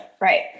Right